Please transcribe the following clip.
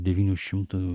devynių šimtų